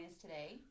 today